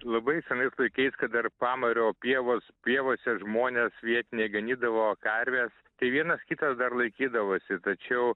labai senas laikais kada ir pamario pievos pievose žmonės vietiniai ganydavo karves tai vienas kitas dar laikydavosi tačiau